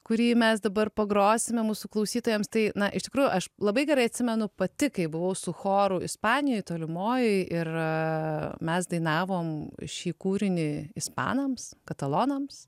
kurį mes dabar pagrosime mūsų klausytojams tai na iš tikrųjų aš labai gerai atsimenu pati kai buvau su choru ispanijoj tolimojoj ir mes dainavom šį kūrinį ispanams katalonams